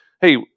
Hey